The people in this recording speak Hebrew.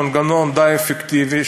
מנגנון די אפקטיבי,